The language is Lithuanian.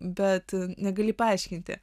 bet negali paaiškinti